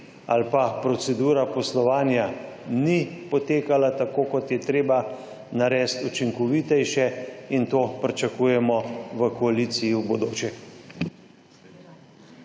ali pa procedura poslovanja ni potekala tako kot je treba, narediti učinkovitejše. In to pričakujemo v koaliciji v bodoče.